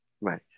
Right